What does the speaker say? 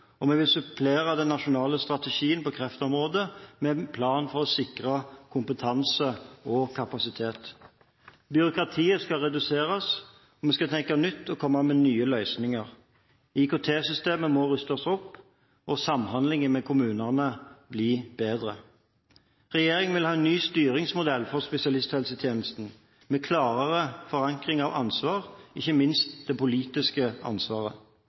og vi vil supplere den nasjonale strategien på kreftområdet med en plan for å sikre kompetanse og kapasitet. Byråkratiet skal reduseres, og vi skal tenke nytt og komme med nye løsninger. IKT-systemet må rustes opp og samhandlingen med kommunene bli bedre. Regjeringen vil ha en ny styringsmodell for spesialisthelsetjenesten, med klarere forankring av ansvar, ikke minst det politiske ansvaret.